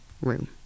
room